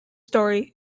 story